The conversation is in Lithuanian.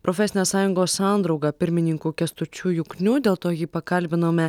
profesinės sąjungos sandrauga pirmininku kęstučiu jukniu dėl to jį pakalbinome